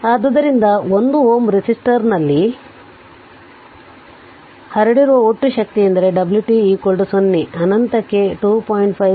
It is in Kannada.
ಆದ್ದರಿಂದ 1 Ω ರೆಸಿಸ್ಟರ್ನಲ್ಲಿ ಹರಡಿರುವ ಒಟ್ಟು ಶಕ್ತಿಯೆಂದರೆ w t 0 ಅನಂತಕ್ಕೆ 2